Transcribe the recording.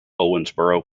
owensboro